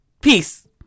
Peace